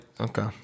okay